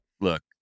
Look